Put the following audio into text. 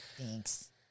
Thanks